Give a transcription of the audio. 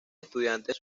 estudiantes